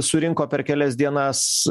surinko per kelias dienas